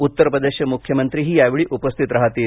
उत्तर प्रदेशचे मुख्यमंत्रीही यावेळी उपस्थित राहतील